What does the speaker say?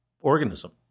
Organism